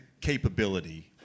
capability